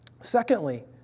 Secondly